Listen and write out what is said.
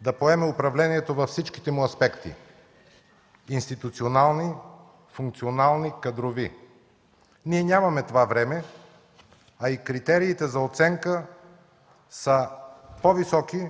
да поеме управлението във всичките му аспекти – институционални, функционални, кадрови. Ние нямаме това време, а и критериите за оценка са по-високи